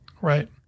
Right